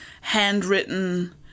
handwritten